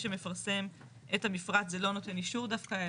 שמפרסם את המפרט זה לא נותן אישור דווקא,